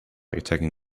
attacking